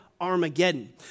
Armageddon